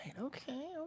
okay